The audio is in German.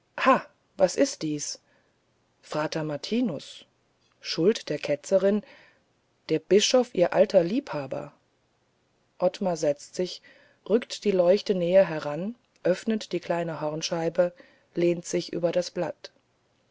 was ist dies frater martinus schuld der ketzerin der bischof ihr alter liebhaber ottmar setzt sich rückt die leuchte näher heran öffnet die kleine hornscheibe lehnt sich über das blatt